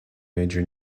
major